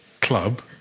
club